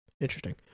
Interesting